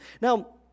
Now